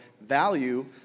value